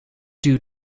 due